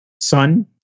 son